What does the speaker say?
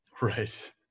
Right